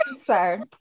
Sorry